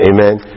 Amen